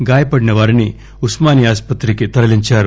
గాయపడిన వారిని ఉస్మానియా ఆస్పత్రికి తరలించారు